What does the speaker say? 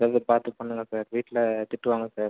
ஏதாவது பார்த்து பண்ணுங்கள் சார் வீட்டில் திட்டுவாங்கள் சார்